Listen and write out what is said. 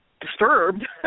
disturbed